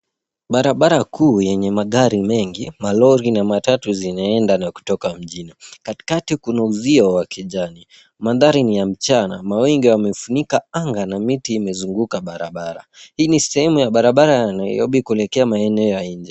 Barabara kuu yenye magari mengi, malori na matatu zinaenda na kutoka mjini. Katika kuna uzio wa kijani. Mandhari ni ya mchana. Mawingu yamefunika anga na miti imezunguka barabara. Hii ni sehemu ya barabara ya Nairobi kuelekea maeneo ya nje.